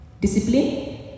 Discipline